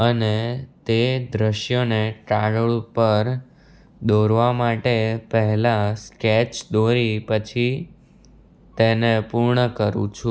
અને તે દૃશ્યને કાગળ ઉપર દોરવાં માટે પહેલાં સ્કેચ દોરી પછી તેને પૂર્ણ કરું છું